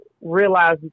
realize